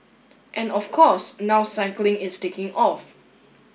and of course now cycling is taking off